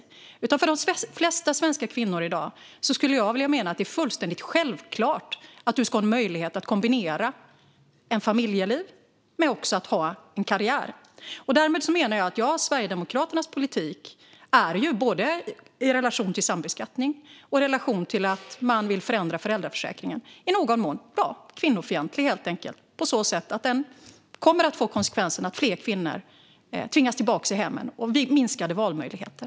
Jag menar att det för de flesta svenska kvinnor i dag är fullständigt självklart att du ska ha en möjlighet att kombinera ett familjeliv med att ha en karriär. Därmed menar jag att Sverigedemokraternas politik, både i relation till sambeskattning och i relation till att man vill förändra föräldraförsäkringen, i någon mån är kvinnofientlig. Den kommer att få konsekvensen att fler kvinnor tvingas tillbaka till hemmen och får minskade valmöjligheter.